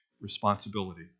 responsibility